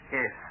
Yes